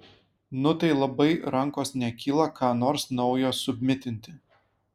nu tai labai rankos nekyla ką nors naujo submitinti